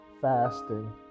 fasting